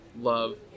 love